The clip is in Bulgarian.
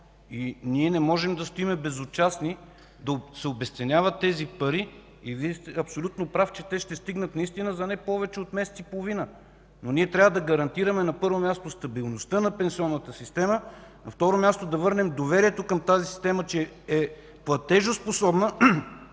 Ние не можем да стоим безучастни да се обезценяват тези пари. Вие сте абсолютно прав, че те ще стигнат наистина за не повече от месец и половина, но ние трябва да гарантираме, на първо място, стабилността на пенсионната система; на второ място – да върнем доверието към тази система, че е платежоспособна;